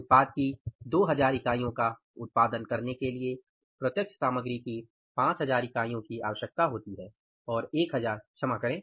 उत्पाद की 2000 इकाइयों का उत्पादन करने के लिए प्रत्यक्ष सामग्री की 5000 इकाइयों की आवश्यकता होती है और 1000 क्षमा करें